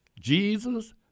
Jesus